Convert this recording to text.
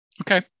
Okay